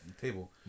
table